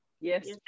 Yes